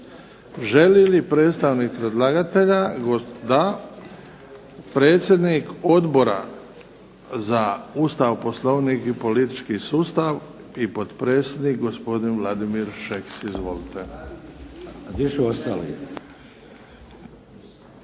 Želi li predstavnik predlagatelja? Da. Predsjednik Odbora za Ustav, Poslovnik i politički sustav, i potpredsjednik gospodin Vladimir Šeks. Izvolite.